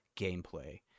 gameplay